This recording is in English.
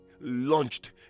launched